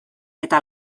eta